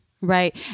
Right